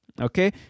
okay